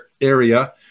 area